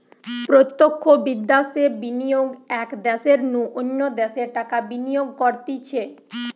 প্রত্যক্ষ বিদ্যাশে বিনিয়োগ এক দ্যাশের নু অন্য দ্যাশে টাকা বিনিয়োগ করতিছে